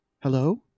Hello